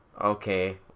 okay